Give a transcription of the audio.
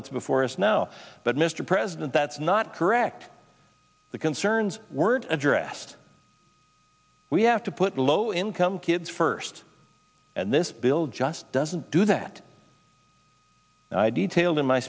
that's before us now but mr president that's not correct the concerns word addressed we have to put low income kids first and this bill just doesn't do that i detailed in my